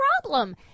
problem